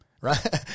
right